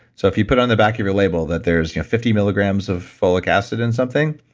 so if you put on the back of your label that there's fifty milligrams of folic acid in something,